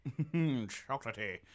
chocolatey